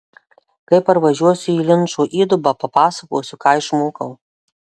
kai parvažiuosiu į linčo įdubą papasakosiu ką išmokau